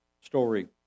story